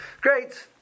Great